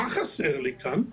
מה חסר לי כאן?